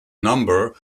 number